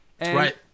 Right